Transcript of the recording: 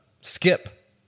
Skip